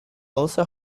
also